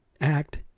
act